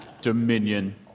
Dominion